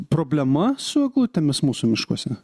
problema su eglutėmis mūsų miškuose